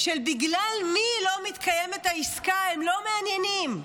של בגלל מי לא מתקיימת העסקה, הם לא מעניינים.